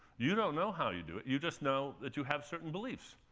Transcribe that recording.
you don't know how you do it. you just know that you have certain beliefs.